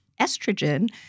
estrogen